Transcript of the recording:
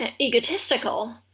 egotistical